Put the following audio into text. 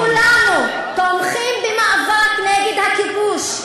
שכולנו תומכים במאבק נגד הכיבוש,